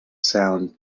sound